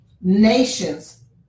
nations